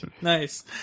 Nice